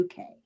UK